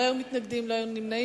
לא היו מתנגדים ולא היו נמנעים.